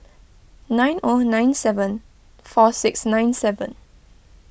nine O nine seven four six nine seven